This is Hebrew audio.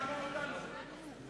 איפה ראש הממשלה שישמע אותנו?